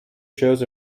shows